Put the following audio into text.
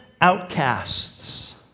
outcasts